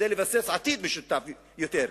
כדי לבסס עתיד משותף יותר,